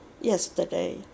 yesterday